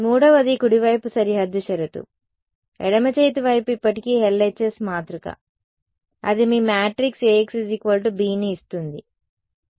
మూడవది కుడి వైపు సరిహద్దు షరతు ఎడమ చేతి వైపు ఇప్పటికీ LHS మాతృక అది మీ మ్యాట్రిక్స్ Axbని ఇస్తుంది